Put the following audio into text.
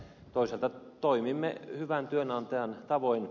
toisaalta toimimme hyvän työnantajan tavoin